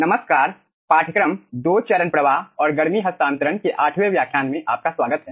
नमस्कार पाठ्यक्रम दो चरण प्रवाह और गर्मी हस्तांतरण के आठवें व्याख्यान में आपका स्वागत है